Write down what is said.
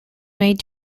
made